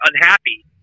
unhappy